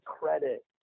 credit